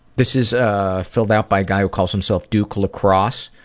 this is ah filled out by a guy who calls himself duke lacross.